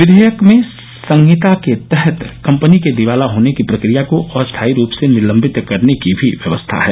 विवेयक में संहिता के तहत कंपनी के दिवाला होने की प्रक्रिया को अस्थायी रूप से निलंबित करने की भी व्यवस्था है